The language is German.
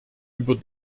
über